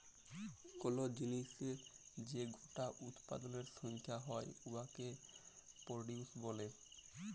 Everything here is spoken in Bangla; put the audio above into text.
কল জিলিসের যে গটা উৎপাদলের সংখ্যা হ্যয় উয়াকে পরডিউস ব্যলে